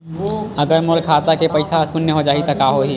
अगर मोर खाता के पईसा ह शून्य हो जाही त का होही?